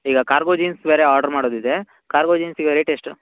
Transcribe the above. ಈಗ cargo jeans ಬೇರೆ order ಮಾಡೋದಿದೆ ಕಾರ್ಗೋ ಜೀನ್ಸಿಗೆ ರೇಟ್ ಎಷ್ಟು